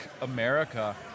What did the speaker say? America